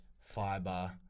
fiber